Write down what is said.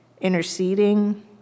interceding